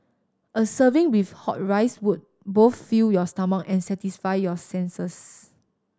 a serving with hot rice would both fill your stomach and satisfy your senses